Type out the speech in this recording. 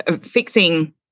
fixing